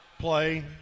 play